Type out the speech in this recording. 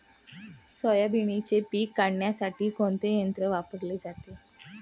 सोयाबीनचे पीक काढण्यासाठी कोणते यंत्र वापरले जाते?